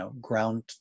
ground